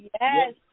yes